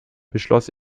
beschloss